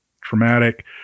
Traumatic